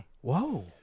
Whoa